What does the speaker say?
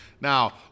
Now